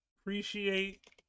Appreciate